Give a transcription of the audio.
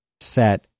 set